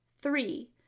Three